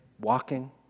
walking